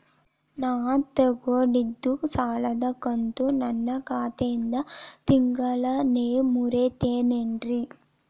ನಾ ತೊಗೊಂಡಿದ್ದ ಸಾಲದ ಕಂತು ನನ್ನ ಖಾತೆಯಿಂದ ತಿಂಗಳಾ ನೇವ್ ಮುರೇತೇರೇನ್ರೇ?